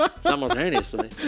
simultaneously